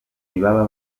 ntibaba